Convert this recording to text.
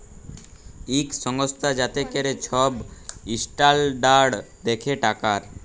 ইক সংস্থা যাতে ক্যরে ছব ইসট্যালডাড় দ্যাখে টাকার